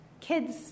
Kids